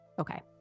okay